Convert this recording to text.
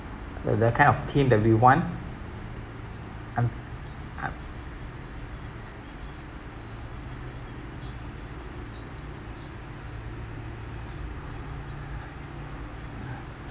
the the kind of theme that we want I'm I